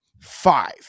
five